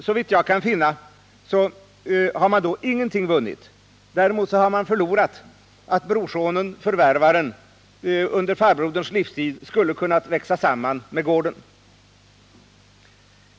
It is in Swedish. Såvitt jag kan finna har man då ingenting vunnit, men däremot har man förlorat att brorsonenförvärvaren under farbroderns livstid skulle ha kunnat växa in i uppgifterna på gården.